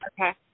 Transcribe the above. Okay